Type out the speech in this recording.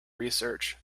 research